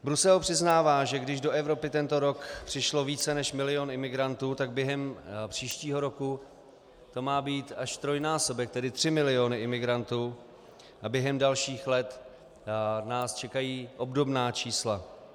Brusel přiznává, že když do Evropy tento rok přišlo více než milion imigrantů, tak během příštího roku to má být až trojnásobek, tedy tři miliony imigrantů, a během dalších let nás čekají obdobná čísla.